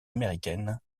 américaines